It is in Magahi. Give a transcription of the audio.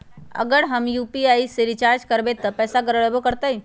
अगर हम यू.पी.आई से रिचार्ज करबै त पैसा गड़बड़ाई वो करतई?